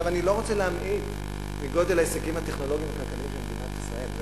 אני לא רוצה להמעיט מגודל ההישגים הטכנולוגיים הכלליים של מדינת ישראל,